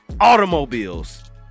automobiles